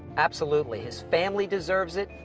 absolutely. his family deserves it,